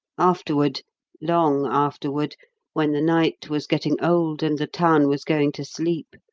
afterward long afterward when the night was getting old and the town was going to sleep,